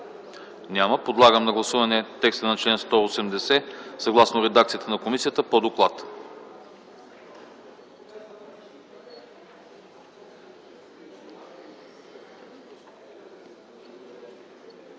Няма. Подлагам на гласуване текста на чл. 180, съгласно редакцията на комисията по доклада.